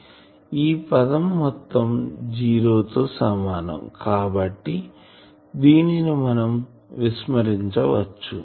ఈ పదం మొత్తం జీరో తో సమానం కాబట్టి దీనిని మనం దీనిని విస్మరించవచ్చు